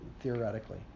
theoretically